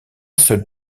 seul